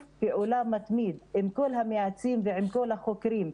פעולה מתמיד עם כל המייעצים וכל החוקרים,